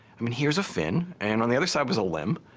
i mean, here's a fin, and on the other side was a limb,